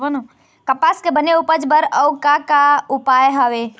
कपास के बने उपज बर अउ का का उपाय हवे?